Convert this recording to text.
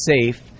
safe